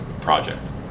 project